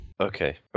Okay